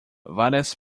várias